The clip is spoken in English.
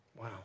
Wow